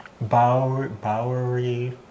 Bowery